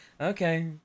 okay